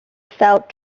felt